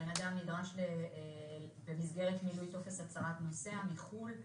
בן אדם נדרש, במסגרת מילוי טופס הצהרת נוסע מחו"ל,